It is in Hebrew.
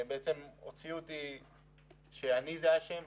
כאילו אני האשם.